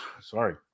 Sorry